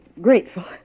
grateful